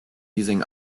using